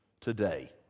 today